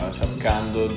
cercando